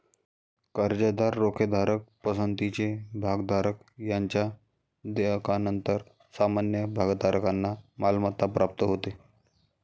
कर्जदार, रोखेधारक, पसंतीचे भागधारक यांच्या देयकानंतर सामान्य भागधारकांना मालमत्ता प्राप्त होते